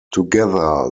together